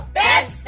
best